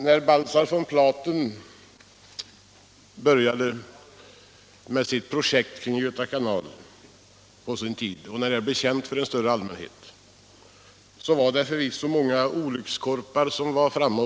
När Baltzar von Platens projekt om byggandet av Göta kanal på sin tid blev känt för en större allmänhet var det förvisso många olyckskorpar som hörde av sig.